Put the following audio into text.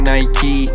Nike